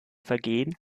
vergehen